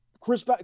Chris